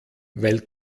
weil